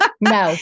No